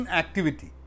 activity